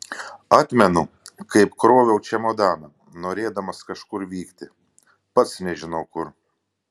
atmenu kaip kroviau čemodaną norėdamas kažkur vykti pats nežinau kur